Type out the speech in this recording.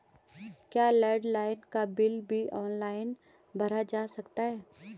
क्या लैंडलाइन का बिल भी ऑनलाइन भरा जा सकता है?